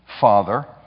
Father